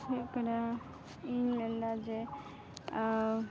ᱦᱩᱭᱩᱜ ᱠᱟᱱᱟ ᱤᱧ ᱢᱮᱱᱫᱟ ᱡᱮ